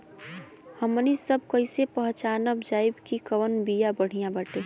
हमनी सभ कईसे पहचानब जाइब की कवन बिया बढ़ियां बाटे?